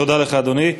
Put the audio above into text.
תודה לך, אדוני.